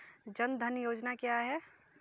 जनधन योजना क्या है?